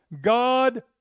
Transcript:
God